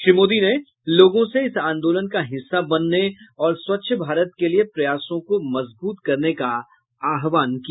श्री मोदी ने लोगों से इस आंदोलन का हिस्सा बनने और स्वच्छ भारत के लिए प्रयासों को मजबूत करने का आहवान किया